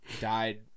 died